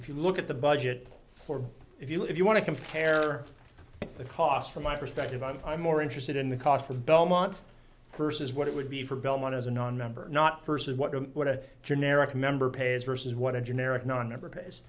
if you look at the budget if you if you want to compare the cost from my perspective i'm i'm more interested in the cost of belmont versus what it would be for belmont as a nonmember not versus what or what a generic member pays versus what a generic nonmember pays